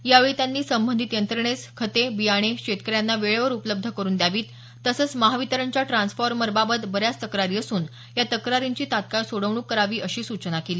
यावेळी त्यांनी संबंधीत यंत्रणेस खते बियाणे शेतकऱ्यांना वेळेवर उपलब्ध करून द्यावीत तसंच महावितरणच्या ट्रान्सफॉर्मरबाबत बऱ्याच तक्रारी असून या तक्रारींची तत्काळ सोडवणूक करावी अशा सूचना दिल्या